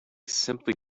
simply